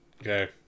Okay